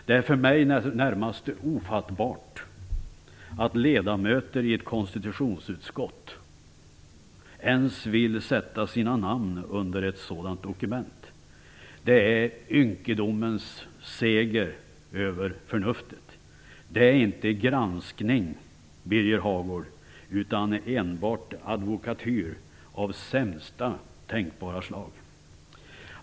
Det är för mig närmast ofattbart att ledamöter i ett konstitutionsutskott ens vill sätta sina namn under ett sådant dokument. Det är ynkedomens seger över förnuftet. Det är inte granskning, Birger Hagård, utan enbart advokatyr av sämsta tänkbara slag.